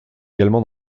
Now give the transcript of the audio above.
également